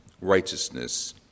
righteousness